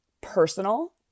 personal